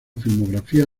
filmografía